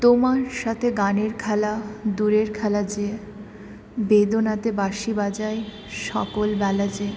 তোমার সাথে গানের খেলা দূরের খেলা যে বেদনাতে বাঁশি বাজায় সকল বেলা যে